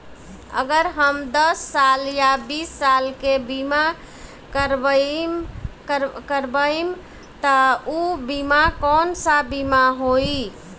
अगर हम दस साल या बिस साल के बिमा करबइम त ऊ बिमा कौन सा बिमा होई?